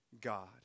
God